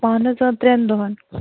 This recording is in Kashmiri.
اَہَن حظ آ ترٛیٚن دۄہَن